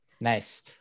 Nice